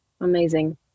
Amazing